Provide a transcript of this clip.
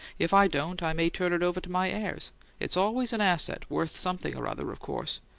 if i don't, i may turn it over to my heirs it's always an asset, worth something or other, of course.